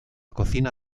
cocina